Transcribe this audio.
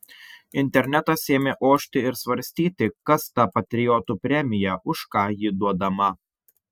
internetas ėmė ošti ir svarstyti kas ta patriotų premija už ką ji duodama